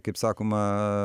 kaip sakoma